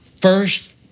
first